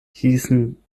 hießen